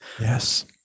yes